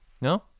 No